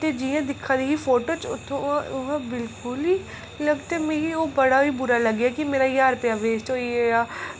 ते जि'यां दिक्खै दी ही फोटू च ते उ'आं बिलकुल निं लगदी मिगी ओह् ते मिगी बड़ा बुरा लग्गेआ कि मेरा ज्हार रपेआ वेस्ट होई गेआ